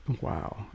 wow